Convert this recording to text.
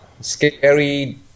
scary